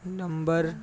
number